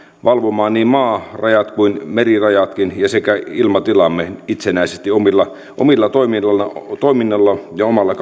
valvomaan niin maarajat kuin merirajatkin sekä ilmatilamme itsenäisesti omalla toiminnalla toiminnalla ja omalla